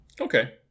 Okay